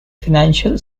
financial